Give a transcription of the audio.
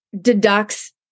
deducts